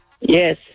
Yes